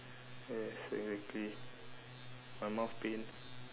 yes exactly my mouth pain